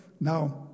Now